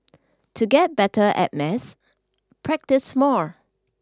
to get better at maths practice more